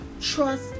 Trust